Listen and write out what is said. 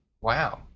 Wow